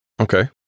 Okay